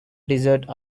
desert